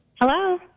hello